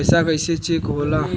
पैसा कइसे चेक होला?